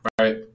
right